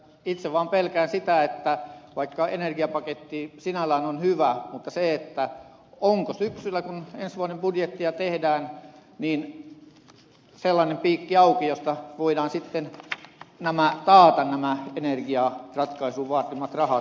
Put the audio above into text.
itse vaan pelkään sitä että vaikka energiapaketti sinällään on hyvä niin onko syksyllä kun ensi vuoden budjettia tehdään sellainen piikki auki josta voidaan sitten taata nämä energiaratkaisun vaatimat rahat